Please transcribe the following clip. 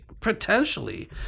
potentially